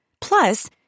Plus